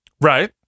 Right